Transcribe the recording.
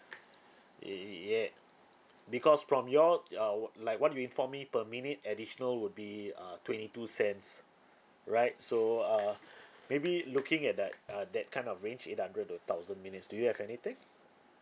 y~ because from you all uh like what you inform me per minute additional would be uh twenty two cents right so uh maybe looking at that uh that kind of range eight hundred to a thousand minutes do you have anything